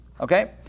Okay